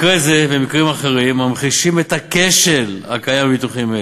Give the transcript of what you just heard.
מקרה זה ומקרים אחרים ממחישים את הכשל הקיים בביטוחים אלה.